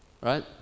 right